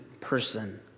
person